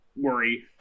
worry